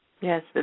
Yes